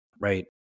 right